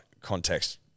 context